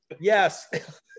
Yes